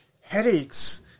headaches